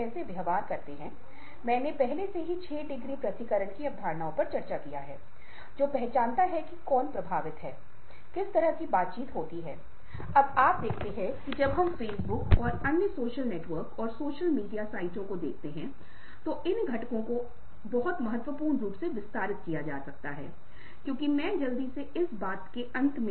जैसा कि मैंने पहले उल्लेख किया है अगर आप मदर थेरेसा और गांधी या दुनिया के कुछ महान व्यक्तित्व के जीवन रेखा को देखते हैं तो वे एक विचारधारा से प्रेरित होते हैं पर पैसे के कारण नहीं